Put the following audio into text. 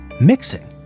Mixing